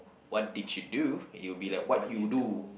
what did you do it will be like what you do